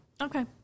Okay